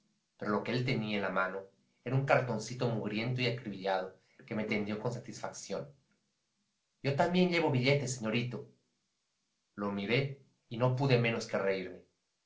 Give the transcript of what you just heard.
pero lo que él tenía en la mano era un cartoncito mugriento y acribillado que me tendió con satisfacción yo también llevo billete señorito lo miré y no pude menos de reírme